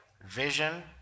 vision